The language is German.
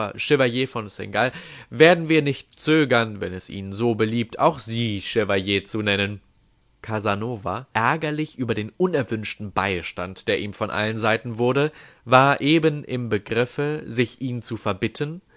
von seingalt werden wir nicht zögern wenn es ihnen so beliebt auch sie chevalier zu nennen casanova ärgerlich über den unerwünschten beistand der ihm von allen seiten wurde war eben im begriffe sich ihn zu verbitten